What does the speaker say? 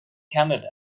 canada